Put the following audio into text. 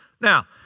Now